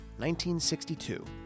1962